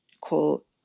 call